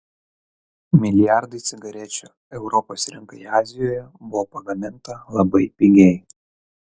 milijardai cigarečių europos rinkai azijoje buvo pagaminta labai pigiai